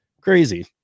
crazy